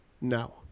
No